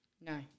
No